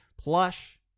plush